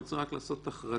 אני רוצה רק לעשות החרגה,